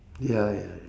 ya ya ya